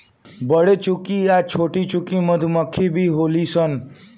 बरेचुकी आ छोटीचुकी मधुमक्खी भी होली सन